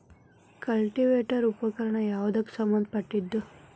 Cultivator ಉಪಕರಣ ಯಾವದಕ್ಕ ಸಂಬಂಧ ಪಟ್ಟಿದ್ದು?